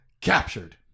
Captured